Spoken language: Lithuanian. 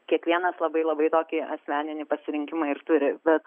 kiekvienas labai labai tokį asmeninį pasirinkimą ir turi bet